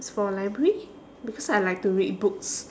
as for library because I like to read books